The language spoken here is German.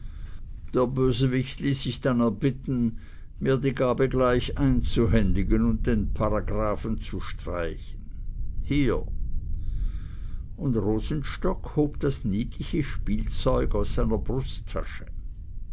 der bösewicht ließ sich dann erbitten mir die gabe gleich einzuhändigen und den paragraphen zu streichen hier und rosenstock hob das niedliche spielzeug aus seiner brusttasche